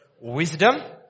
wisdom